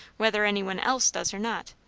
whether any one else does or not,